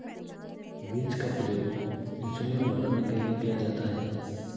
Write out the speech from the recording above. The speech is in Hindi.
बींस का प्रयोग इंसुलिन बढ़ाने के लिए किया जाता है